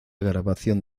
grabación